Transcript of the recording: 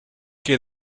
que